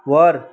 वर